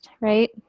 right